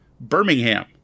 Birmingham